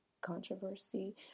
Controversy